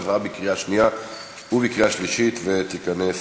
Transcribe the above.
עברה בקריאה שנייה ובקריאה שלישית ותיכנס